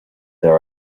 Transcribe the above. there